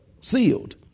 sealed